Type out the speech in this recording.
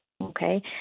Okay